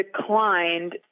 declined